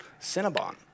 Cinnabon